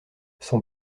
son